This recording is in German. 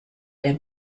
der